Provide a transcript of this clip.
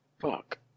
Fuck